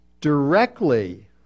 directly